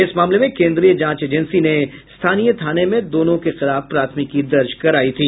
इस मामले में केन्द्रीय जांच एजेंसी ने स्थानीय थाने में दोनों के खिलाफ प्राथमिकी दर्ज करायी थी